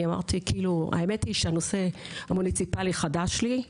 אמרתי: האמת היא שהנושא המוניציפלי חדש לי,